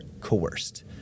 coerced